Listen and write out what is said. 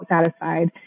satisfied